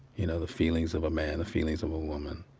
you know, the feelings of a man, the feelings of a woman.